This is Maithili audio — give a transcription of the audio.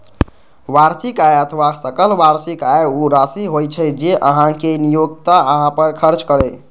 वार्षिक आय अथवा सकल वार्षिक आय ऊ राशि होइ छै, जे अहांक नियोक्ता अहां पर खर्च करैए